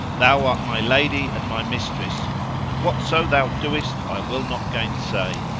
thou art my lady and my mistress and whatso thou doest i will not gainsay.